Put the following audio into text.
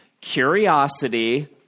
curiosity